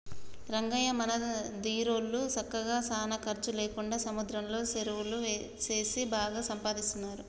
రంగయ్య మన దీరోళ్ళు సక్కగా సానా ఖర్చు లేకుండా సముద్రంలో సెరువులు సేసి బాగా సంపాదిస్తున్నారు